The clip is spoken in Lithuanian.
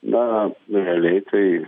na realiai tai